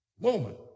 Moment